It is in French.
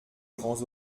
grands